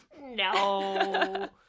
no